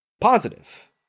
Positive